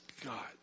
God